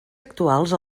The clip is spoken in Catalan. actuals